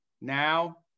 now